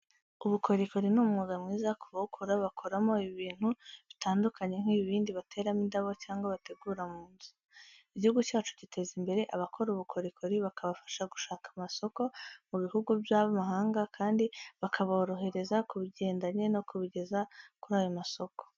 ubukorikori ni umwuga mwiza ku bawukora, bakoramo ibintu bitandukanye nk'ibibindi bateramo indabo cyangwa bategura mu nzu. Igihugu cyacu giteza imbere abakora ubukorikori bakabafasha gushaka amasoko mu bihugu by'amahanga kandi bakaborohereza kubigendanye no kubigeza kuri ayo masoko.